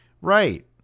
Right